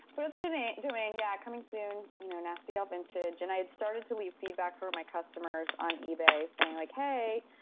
but up the domain, yeah, coming soon, you know, nastygalvintage. and i had started to leave feedback for my customers on ebay saying like, hey,